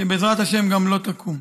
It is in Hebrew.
שבעזרת השם גם לא תקום.